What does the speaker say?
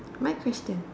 my question